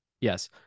Yes